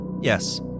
Yes